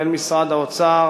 בין משרד האוצר,